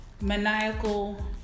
maniacal